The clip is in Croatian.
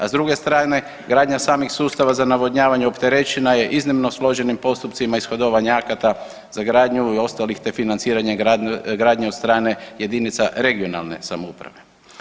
A s druge strane gradnja samih sustava za navodnjavanje opterećena je iznimno složenim postupcima ishodovanja akata za gradnju ostalih, te financiranje gradnje od strane jedinica regionalne samouprave.